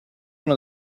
uno